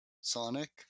Sonic